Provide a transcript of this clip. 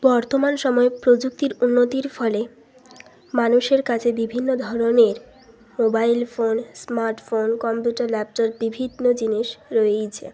বর্তমান সময়ে প্রযুক্তির উন্নতির ফলে মানুষের কাছে বিভিন্ন ধরনের mobile phone smartphone computer laptop বিভিন্ন জিনিস রয়েইছে